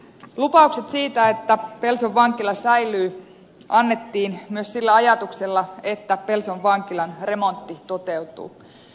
lupaukset siitä että pelson vankila säilyy annettiin myös sillä ajatuksella että pelson vankilan remontti toteutuu